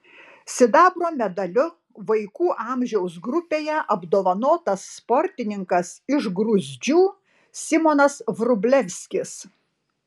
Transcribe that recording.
sidabro medaliu vaikų amžiaus grupėje apdovanotas sportininkas iš gruzdžių simonas vrublevskis